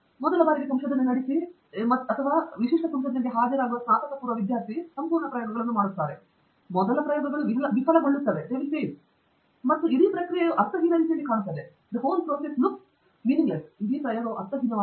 ಮೊದಲ ಬಾರಿಗೆ ಸಂಶೋಧನೆ ನಡೆಸಿ ಅಥವಾ ಸಂಶೋಧನೆಗೆ ಹಾಜರಾಗುವ ವಿಶಿಷ್ಟ ಸ್ನಾತಕಪೂರ್ವ ವಿದ್ಯಾರ್ಥಿ ಸಂಪೂರ್ಣ ಪ್ರಯೋಗಗಳನ್ನು ಮಾಡುತ್ತಾರೆ ಮೊದಲ ಪ್ರಯೋಗಗಳ ವಿಫಲತೆಯು ವಿಫಲಗೊಳ್ಳುತ್ತದೆ ಮತ್ತು ಇಡೀ ಪ್ರಕ್ರಿಯೆಯು ಅರ್ಥಹೀನ ರೀತಿಯಲ್ಲಿ ಕಾಣುತ್ತದೆ ಇಡೀ ವ್ಯಾಯಾಮವು ಅರ್ಥಹೀನವಾಗಿದೆ